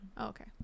okay